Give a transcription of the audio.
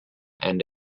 and